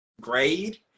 grade